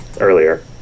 earlier